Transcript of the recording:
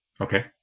Okay